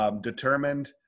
Determined